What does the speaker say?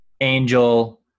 Angel